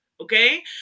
okay